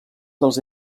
dels